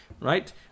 right